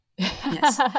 Yes